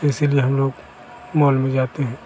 इसलिए हम लोग मौल में जाते हैं